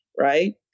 right